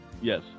Yes